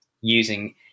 using